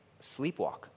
sleepwalk